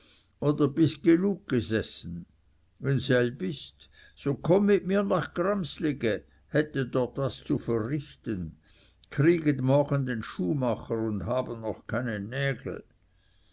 oder bist genug gesessen wenn selb ist so komm mit mir nach gramslige hätte dort was zu verrichten kriegen morgen den schuhmacher und haben noch keine nägel